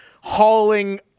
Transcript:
hauling